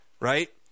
right